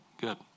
Good